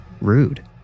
Rude